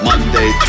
Monday